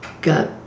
got